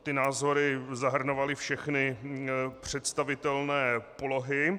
Ty názory zahrnovaly všechny představitelné polohy.